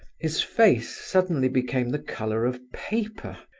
his face suddenly became the colour of paper,